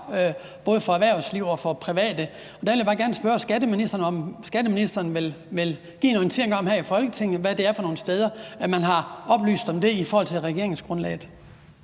både for erhvervsliv og for private. Der vil jeg bare gerne spørge skatteministeren, om skatteministeren vil give en orientering her i Folketinget om, hvad det er for nogle steder – om man har oplyst om det i regeringsgrundlaget.